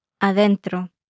adentro